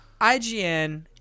ign